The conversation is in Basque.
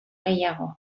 gehiago